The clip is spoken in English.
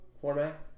format